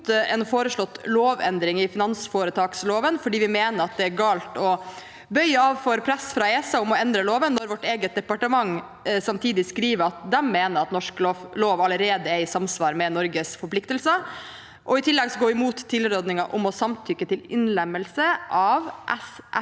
går imot en foreslått lovendring i finansforetaksloven fordi vi mener det er galt å bøye av for press fra ESA om å endre loven når vårt eget departement samtidig skriver at de mener norsk lov allerede er i samsvar med Norges forpliktelser. I tillegg går vi imot tilrådingen om å samtykke til innlemmelse av SFTR-